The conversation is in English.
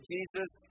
Jesus